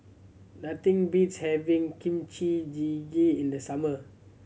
nothing beats having Kimchi Jjigae in the summer